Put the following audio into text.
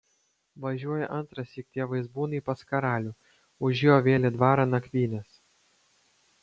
važiuoja antrąsyk tie vaizbūnai pas karalių užėjo vėl į dvarą nakvynės